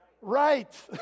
Right